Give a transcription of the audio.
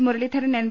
Muraleedharan M